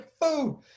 food